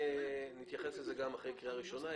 נתייחס לזה אחרי קריאה ראשונה.